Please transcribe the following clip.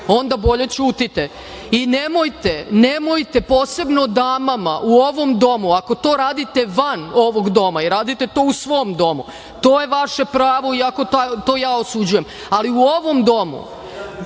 onda bolje ćutite i nemojte posebno damama u ovom domu, ako to radite van ovog doma i radite to u svom domu, to je vaše pravo iako to ja osuđujem, ali u ovom domu